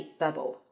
bubble